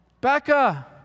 Becca